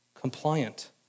compliant